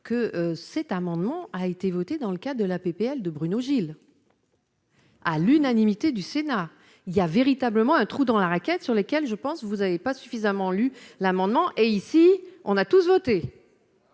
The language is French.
que cet amendement a été voté dans le cas de la PPL de Bruno Gilles. à l'unanimité du Sénat il y a véritablement un trou dans la raquette sur lesquels je pense vous avez pas suffisamment lu l'amendement et ici, on a tous voté.